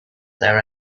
their